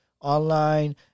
online